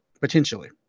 potentially